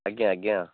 ଆଜ୍ଞା ଆଜ୍ଞା